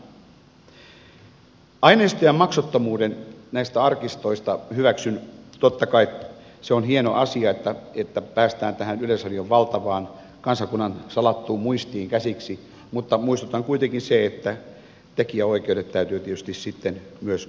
aineistojen maksuttomuuden näistä arkistoista hyväksyn totta kai se on hieno asia että päästään tähän yleisradion valtavaan kansakunnan salattuun muistiin käsiksi mutta muistutan kuitenkin sen että tekijäoikeudet täytyy tietysti sitten myös huomioida